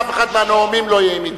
ואף אחד מהנואמים לא יהיה עם מטרייה.